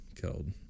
killed